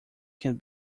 can